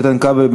איתן כבל,